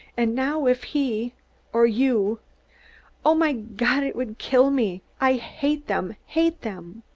and now if he or you oh, my god, it would kill me! i hate them, hate them!